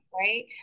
right